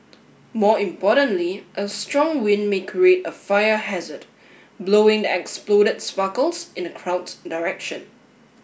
more importantly a strong wind may create a fire hazard blowing the exploded sparkles in the crowd's direction